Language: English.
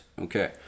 Okay